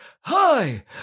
Hi